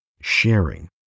sharing